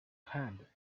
hand